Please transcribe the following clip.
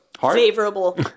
favorable